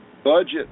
Budget